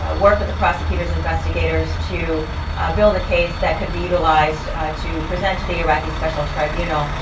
ah work with the prosecutors investigators to build a case that could be utilized to present to the iraqi special tribunal,